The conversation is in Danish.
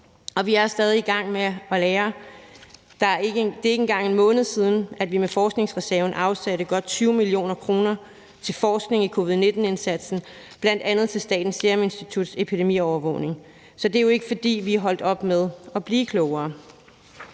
vi er stadig i gang med at lære. Det er ikke engang en måned siden, at vi med forskningsreserven afsatte godt 20 mio. kr. til forskning i covid-19-indsatsen, bl.a. til Statens Serum Instituts epidemiovervågning. Så det er jo ikke, fordi vi er holdt op med at blive klogere.